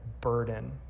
burden